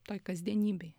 toj kasdienybėje